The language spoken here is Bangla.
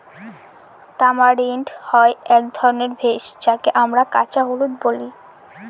তামারিন্ড হয় এক ধরনের ভেষজ যাকে আমরা কাঁচা হলুদ বলি